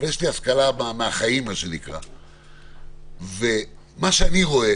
מה שאני רואה